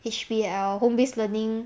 H_B_L home based learning